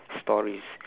stories